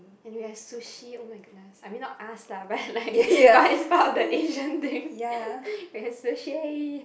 and we have sushi oh my goodness I mean not us lah but like but it's part of the Asian thing we have sushi